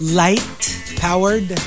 light-powered